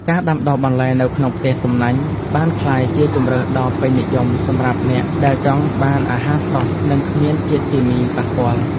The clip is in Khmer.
ការដាំដុះបន្លែនៅក្នុងផ្ទះសំណាញ់បានក្លាយជាជម្រើសដ៏ពេញនិយមសម្រាប់អ្នកដែលចង់បានអាហារស្រស់និងគ្មានជាតិគីមីប៉ះពាល់។